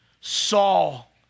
Saul